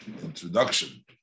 introduction